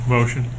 Motion